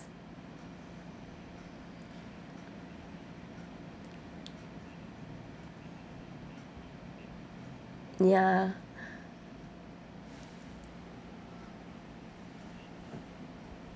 ya